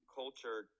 culture